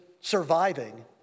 surviving